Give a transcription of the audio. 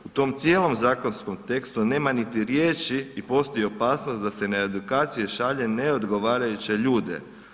U tom cijelu zakonskom tekstu nema niti riječi i postoji opasnost da se na edukacije šalje neodgovarajuće ljude.